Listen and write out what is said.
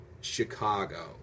Chicago